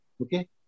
Okay